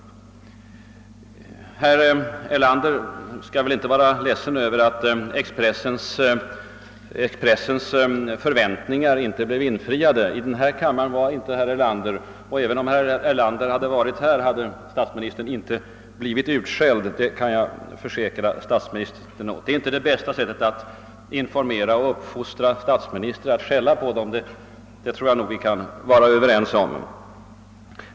Herr Erlander skall väl inte vara ledsen över att Expressens förväntningar inte blev infriade. Herr Erlander var inte i den här kammaren, och även om han varit här hade han inte blivit »utskälld», det kan jag försäkra statsministern. Att skälla på statsministrar är inte det bästa sättet att informera och uppfostra dem, det tror jag vi kan vara överens om.